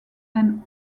and